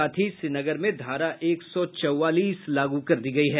साथ ही श्रीनगर में धारा एक सौ चौवालीस लागू कर दी गयी है